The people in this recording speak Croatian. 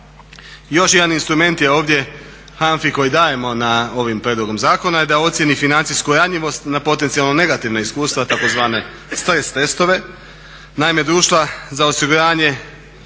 Još jedan instrument je ovdje HANFA-i koji dajemo ovim prijedlogom zakona je da ocjeni financijsku ranjivost na potencijalno negativna iskustva tzv. stres testove. Naime, društva za osiguranje